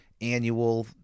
annual